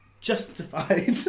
justified